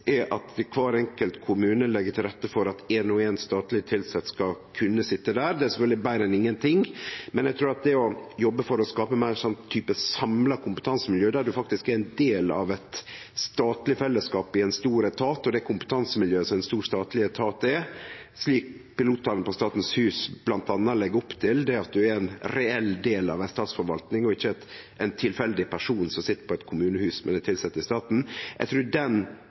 er at kvar enkelt kommune legg til rette for at éin og éin statleg tilsett skal kunne sitje der. Det er sjølvsagt betre enn ingenting, men eg trur ein må jobbe for å skape meir sånn type samla kompetansemiljø, der ein faktisk er ein del av eit statleg fellesskap i ein stor etat og det kompetansemiljøet ein stor statleg etat er. Det legg bl.a. pilotane på Statens hus opp til, at ein er ein reell del av ei statsforvalting, ikkje ein tilfeldig person som sit på eit kommunehus med dei tilsette i staten. Eg trur den